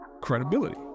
credibility